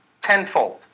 tenfold